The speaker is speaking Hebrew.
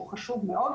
שהוא כמובן חשוב מאוד,